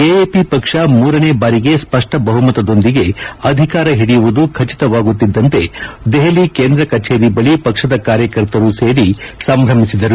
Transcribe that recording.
AAP ಪಕ್ಷ ಮೂರನೇ ಬಾರಿಗೆ ಸ್ವಷ್ಟ ಬಹುಮತದೊಂದಿಗೆ ಅಧಿಕಾರ ಹಿಡಿಯುವುದು ಖಚಿತವಾಗುತ್ತಿದ್ದಂತೆ ದೆಹಲಿ ಕೇಂದ್ರ ಕಚೇರಿ ಬಳಿ ಪಕ್ಷದ ಕಾರ್ಯಕರ್ತರು ಸೇರಿ ಸಂಭ್ರಮಿಸಿದರು